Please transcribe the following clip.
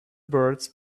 birds